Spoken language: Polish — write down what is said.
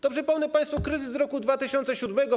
To przypomnę państwu kryzys z roku 2007 r.